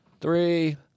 three